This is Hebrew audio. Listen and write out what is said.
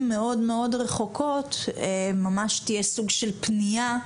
מאוד מאוד רחוקות ממש יהיה סוג של פנייה: